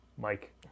Mike